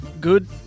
Good